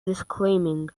disclaiming